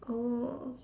oh